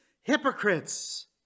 hypocrites